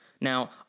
Now